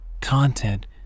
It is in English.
Content